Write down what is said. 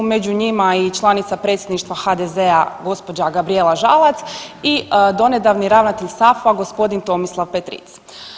Među njima i članica Predsjedništva HDZ-a gospođa Gabrijela Žalac i donedavni Ravnatelj SAF-a gospodin Tomislav Petric.